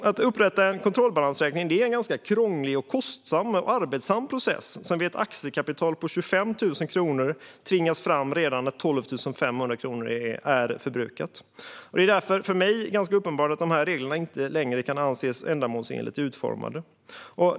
Att upprätta en kontrollbalansräkning är en ganska krånglig, kostsam och arbetsam process som vid ett aktiekapital på 25 000 kronor kan tvingas fram redan när 12 500 kronor är förbrukade. Det är därför för mig ganska uppenbart att de här reglerna inte längre kan anses ändamålsenligt utformade.